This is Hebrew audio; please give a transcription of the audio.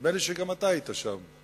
נדמה לי שגם אתה היית שם,